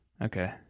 Okay